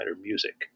music